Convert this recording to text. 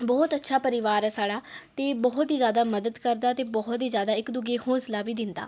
बहुत अच्छा परोआर ऐ ते साढ़ी बहुत ई जैदा मदद करदा ते बहुत ई जैदा इक दूए गी हौसला बी दिंदा